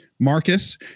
Marcus